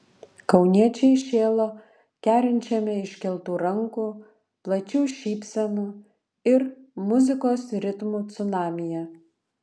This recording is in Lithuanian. kauniečiai šėlo kerinčiame iškeltų rankų plačių šypsenų ir muzikos ritmų cunamyje